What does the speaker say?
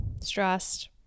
Stressed